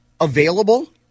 available